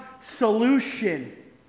solution